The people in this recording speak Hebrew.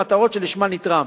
למטרות שלשמן נתרם.